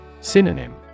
Synonym